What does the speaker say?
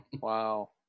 Wow